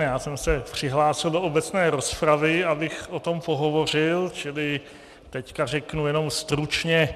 Já jsem se přihlásil do obecné rozpravy, abych o tom pohovořil, čili teď to řeknu jenom stručně.